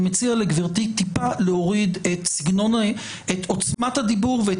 אני מציע לגבירתי טיפה להוריד את עוצמת הדיבור ואת